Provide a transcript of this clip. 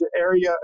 area